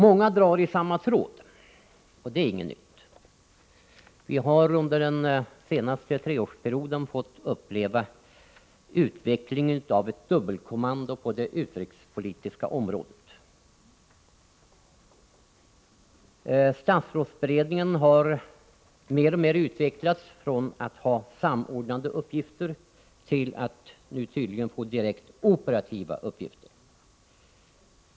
Många drar i samma tråd, och det är inget nytt. Vi har under den senaste treårsperioden fått uppleva utvecklingen av ett dubbelkommando på det utrikespolitiska området. Statsrådsberedningen har mer och mer utvecklats från att ha samordnande uppgifter till att nu tydligen få direkt operativa uppgifter.